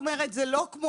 זה לא כמו